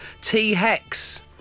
T-Hex